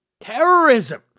Terrorism